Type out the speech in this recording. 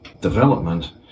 development